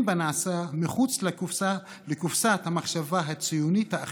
בנעשה מחוץ לקופסת המחשבה הציונית האחידה,